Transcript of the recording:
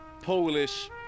Polish